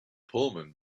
pullman